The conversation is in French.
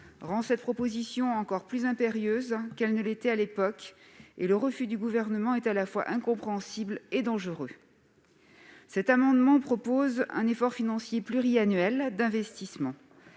rend cette proposition encore plus impérieuse qu'elle ne l'était à l'époque : le refus du Gouvernement est à la fois incompréhensible et dangereux. Avec cet amendement, nous proposons un effort financier pluriannuel d'investissement.